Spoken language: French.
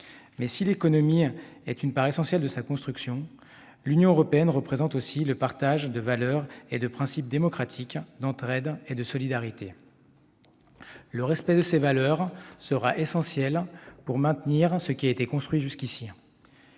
Mais si l'économie est une part essentielle de sa construction, l'Union européenne représente aussi le partage de valeurs et de principes démocratiques, d'entraide et de solidarité. Le respect de ces valeurs sera essentiel pour maintenir ce qui a été construit jusqu'à